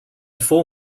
four